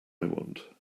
want